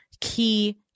key